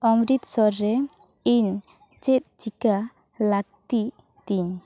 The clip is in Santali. ᱚᱢᱨᱤᱛᱥᱚᱨ ᱨᱮ ᱤᱧ ᱪᱮᱫ ᱪᱤᱠᱟᱹ ᱞᱟᱠᱛᱤ ᱛᱤᱧ